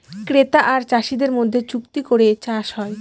ক্রেতা আর চাষীদের মধ্যে চুক্তি করে চাষ হয়